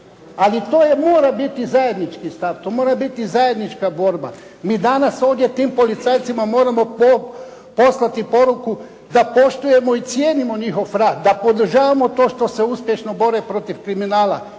Ali to mora biti zajednički stav. To mora biti zajednička borba. Mi danas ovdje tim policajcima moramo poslati poruku da poštujemo i cijenimo njihov rad, da podržavamo to što se uspješno bore protiv kriminala,